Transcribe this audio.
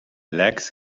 legs